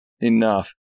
enough